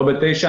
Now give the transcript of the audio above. לא ב-09:00.